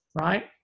right